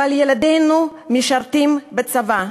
אבל ילדינו משרתים בצבא.